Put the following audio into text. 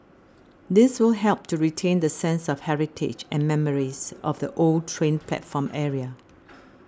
this will help to retain the sense of heritage and memories of the old train platform area